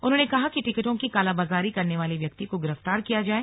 उन्होंने कहा कि टिकटों की कालाबाजारी करने वाले व्यक्ति को गिरफ्तार किया जाए